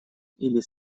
или